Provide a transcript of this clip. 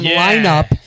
lineup